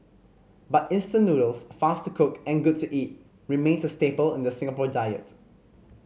but instant noodles fast to cook and good to eat remains a staple in the Singapore diet